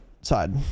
side